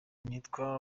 nitwa